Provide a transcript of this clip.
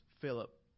Philip